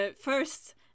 first